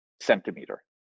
Centimeter